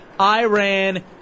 Iran